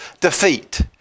defeat